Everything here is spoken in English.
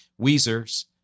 Weezer's